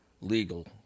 legal